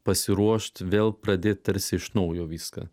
pasiruošt vėl pradėt tarsi iš naujo viską